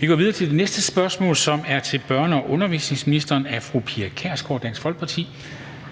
Vi går videre til det næste spørgsmål, som er til børne- og undervisningsministeren, stillet af fru Pia Kjærsgaard, Dansk Folkeparti.